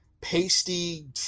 pasty